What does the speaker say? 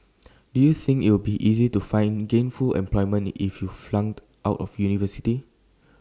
do you think it'll be easy to find gainful employment if you flunked out of university